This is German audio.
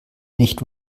nicht